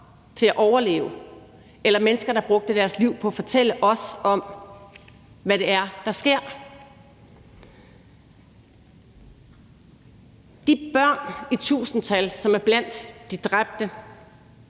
til at overleve, eller mennesker, der brugte deres liv på at fortælle os om, hvad det er, der sker. De børn i tusindtal, som er blandt de dræbte,